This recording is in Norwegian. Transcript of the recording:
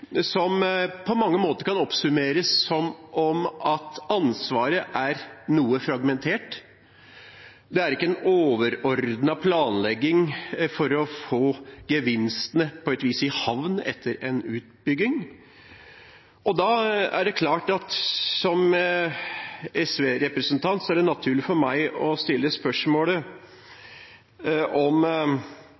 som på mange måter kan oppsummeres med at ansvaret er noe fragmentert, at det ikke er en overordnet planlegging for å få gevinstene – på et vis – i havn etter en utbygging. Som SV-representant er det da naturlig for meg å stille spørsmål om